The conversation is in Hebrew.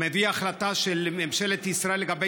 אני מביא החלטה של ממשלת ישראל לגבי